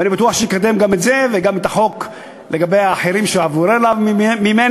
ואני בטוח שיקדם גם את זה וגם את החוקים האחרים שעברו אליו ממני.